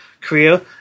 Korea